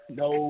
no